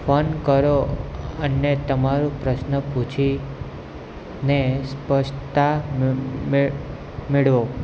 phone કરો અને તમારું પ્રશ્ન પૂછીને સ્પષ્ટતા મેળવો